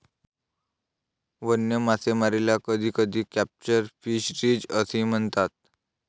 वन्य मासेमारीला कधीकधी कॅप्चर फिशरीज असेही म्हणतात